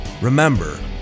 Remember